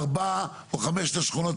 מהוועדה לבחון.